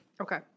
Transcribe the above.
Okay